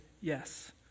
Yes